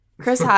Chris